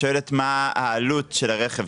את שואלת מה העלות של הרכב,